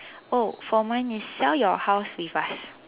oh for mine is sell your house with us